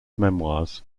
memoirs